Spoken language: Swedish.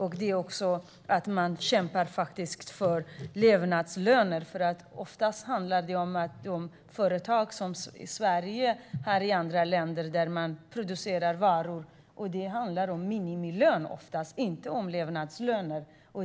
Man ska kämpa för levnadslöner. Oftast handlar det ju om att de företag som Sverige har i andra länder där man producerar varor betalar minimilön och inte levnadslön.